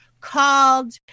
called